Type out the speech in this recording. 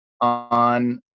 on